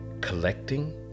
collecting